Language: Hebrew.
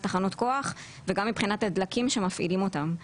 תחנות כוח וגם מבחינת הדלקים שמפעילים אותם.